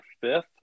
fifth